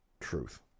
Truth